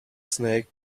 snake